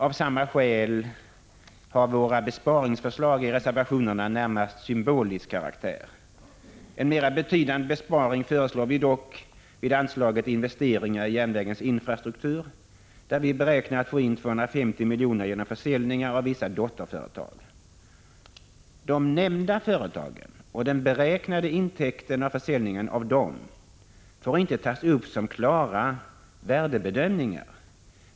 Av samma skäl har våra besparingsförslag i reservationerna närmast symbolisk karaktär. En mera betydande besparing föreslås nu dock vid anslaget Investeringar i järnvägens infrastruktur, där vi beräknar att få in 250 milj.kr. genom försäljningar av vissa dotterföretag. De nämnda företagen och den beräknade intäkten av försäljningen av dem får inte tas upp som klara värdebedömningar.